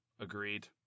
agreed